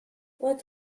what